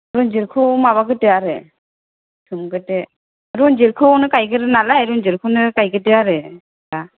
रन्जितखौ माबागोरदो आरो सोमगोरदो रन्जितखौनो गायगोरो नालाय रन्जितखौनो गायगोरदो आरो दा